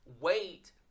wait